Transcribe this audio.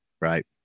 Right